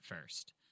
first